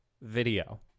video